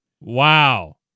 Wow